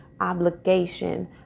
obligation